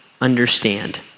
understand